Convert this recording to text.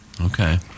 Okay